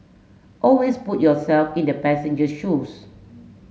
always put yourself in the passenger shoes